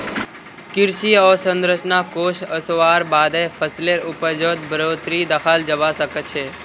कृषि अवसंरचना कोष ओसवार बादे फसलेर उपजत बढ़ोतरी दखाल जबा सखछे